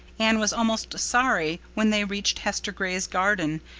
anne was almost sorry when they reached hester gray's garden,